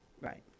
right